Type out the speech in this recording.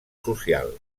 social